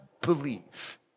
believe